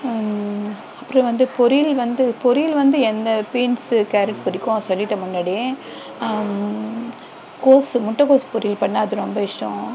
அப்புறம் வந்து பொரியல் வந்து பொரியல் வந்து எந்த பீன்ஸு கேரட் பிடிக்கும் அது சொல்லிவிட்டேன் முன்னாடியே கோஸ்ஸு முட்டை கோஸ் பொரியல் பண்ணிணா அது ரொம்ப இஷ்டம்